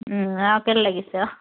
আৰু কেলৈ লাগিছে আৰু